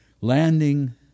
Landing